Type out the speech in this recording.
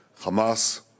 Hamas